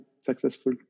successful